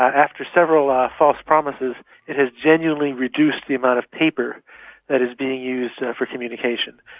after several ah false promises it has genuinely reduced the amount of paper that is being used for communication.